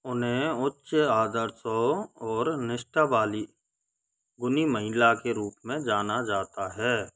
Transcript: उन्हें उच्च आदर्शों और निष्ठा वाली गुणी महिला के रूप में जाना जाता है